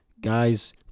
Guys